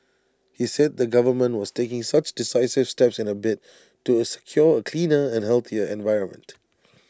he said the government was taking such decisive steps in A bid to A secure A cleaner and healthier environment